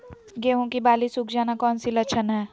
गेंहू की बाली सुख जाना कौन सी लक्षण है?